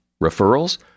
Referrals